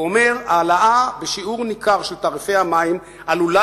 הוא אומר: "העלאה בשיעור ניכר של תעריפי המים עלולה